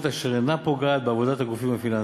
אשר אינה פוגעת בעבודת הגופים הפיננסיים.